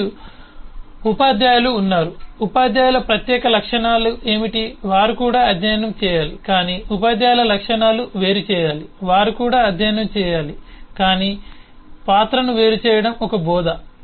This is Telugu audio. మనకు ఉపాధ్యాయులు ఉన్నారు ఉపాధ్యాయుల ప్రత్యేక లక్షణాలు ఏమిటి వారు కూడా అధ్యయనం చేయాలి కాని ఉపాధ్యాయుల లక్షణాలను వేరుచేయాలి వారు కూడా అధ్యయనం చేయాలి కానీ పాత్రను వేరు చేయడం ఒక బోధ